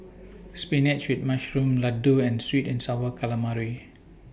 Spinach with Mushroom Laddu and Sweet and Sour Calamari